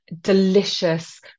delicious